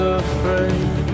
afraid